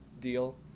deal